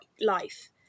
life